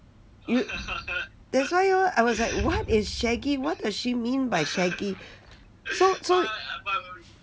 yo~ that's why orh I was like what is shaggy what does she mean by shaggy so so